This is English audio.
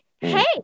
Hey